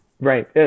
Right